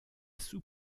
sous